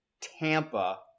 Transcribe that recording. Tampa